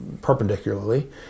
perpendicularly